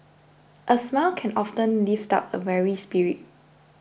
a smile can often lift up a weary spirit